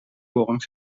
voorrang